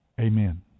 Amen